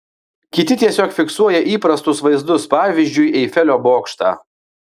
kiti tiesiog fiksuoja įprastus vaizdus pavyzdžiui eifelio bokštą